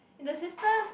the sisters